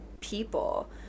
people